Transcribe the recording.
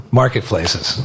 marketplaces